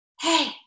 Hey